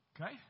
Okay